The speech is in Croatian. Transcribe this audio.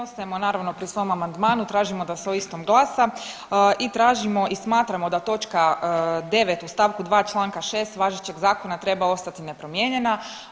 Mi ostajemo naravno pri svom amandmanu, tražimo da se o istom glasa i tražimo i smatramo da točka 9. u stavku 2. članka 6. važećeg zakona treba ostati nepromijenjena.